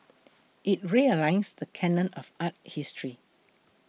it realigns the canon of art history